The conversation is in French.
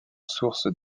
source